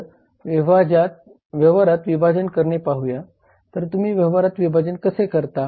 तर व्यवहारात विभाजन करणे पाहूया तर तुम्ही व्यवहारात विभाजन कसे करता